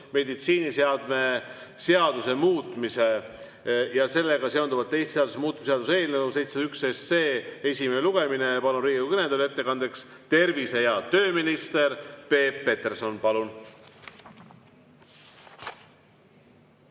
meditsiiniseadme seaduse muutmise ja sellega seonduvalt teiste seaduste muutmise seaduse eelnõu 701 esimene lugemine. Palun Riigikogu kõnetooli ettekandeks tervise- ja tööminister Peep Petersoni. Palun!